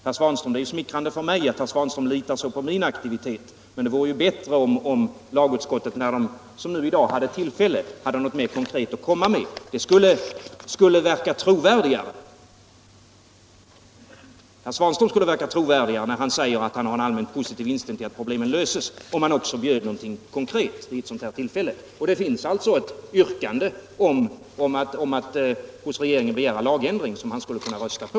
Det är smickrande för mig att herr Svanström litar så mycket på min aktivitet, men det vore bättre om lagutskottet, när det som i dag har tillfälle till. det, gjorde något mer konkret. När herr Svanström säger att han har en allmänt positiv inställning till att problemen löses, skulle han verka trovärdigare om han också bjöd någonting konkret vid ett sådant här tillfälle. Det finns ju också ett yrkande om att hos regeringen begära lagändring, som han skulle kunna rösta på.